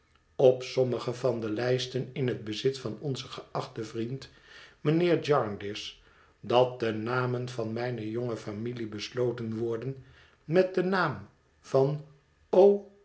op sommige van de lijsten in het bezit van onzen geachten vriend mijnheer jarndyce dat de namen van mijne jonge familie besloten worden met den naam van